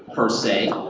per se,